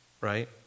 right